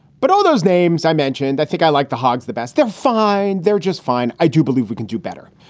but all those names i mentioned. i think i like the hogs the best. they're fine. they're just fine. i do believe we can do better,